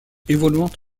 évoluant